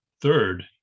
Third